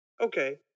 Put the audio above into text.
okay